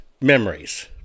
memories